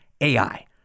AI